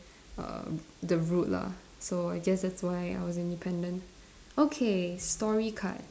err the route lah so I guess that's why I was independent okay story card